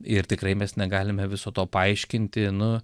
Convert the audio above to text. ir tikrai mes negalime viso to paaiškinti nu